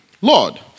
Lord